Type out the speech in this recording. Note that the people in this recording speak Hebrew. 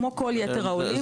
כמו כל יתר העולים.